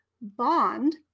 bond